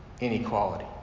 inequality